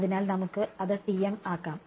അതിനാൽ നമുക്ക് അത് TM ആക്കാം